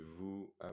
vous